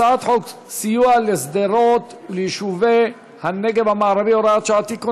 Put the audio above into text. הצעת חוק סיוע לשדרות וליישובי הנגב המערבי (הוראת שעה) (תיקון,